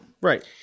Right